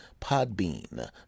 podbean